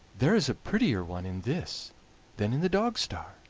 there is a prettier one in this than in the dogstar!